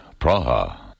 Praha